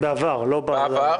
נכון, בעבר, לא --- בעבר.